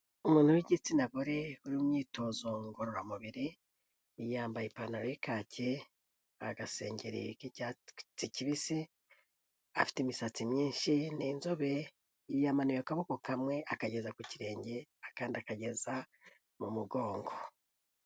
Umuntu w'igitsina gore uri mu myitozo ngororamubiri yambaye ipantaro y'ikacye, agasengeri k'icyatsi kibisi, afite imisatsi myinshi, ni inzobe, yamanuye akaboko kamwe akageza ku kirenge, akandi akageza mu mugongo.